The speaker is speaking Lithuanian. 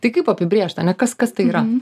tai kaip apibrėžt ane kas kas tai yra